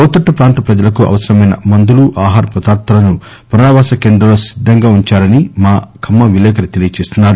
లోతట్టు ప్రాంత ప్రజలకు అవసరమైన మందులు ఆహార పదార్థాలను పునరావాస కేంద్రాల్లో సిద్దంగా ఉంచారని మా ఖమ్మం విలేకరి తెలియజేస్తున్నారు